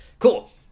cool